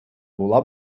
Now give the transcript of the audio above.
була